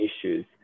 issues